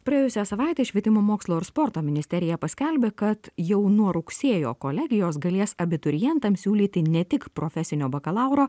praėjusią savaitę švietimo mokslo ir sporto ministerija paskelbė kad jau nuo rugsėjo kolegijos galės abiturientams siūlyti ne tik profesinio bakalauro